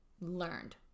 learned